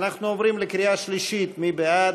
אנחנו עוברים לקריאה שלישית: מי בעד?